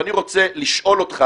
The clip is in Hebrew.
ואני רוצה לשאול אותך,